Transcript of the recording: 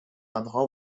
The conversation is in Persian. آنها